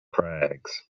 crags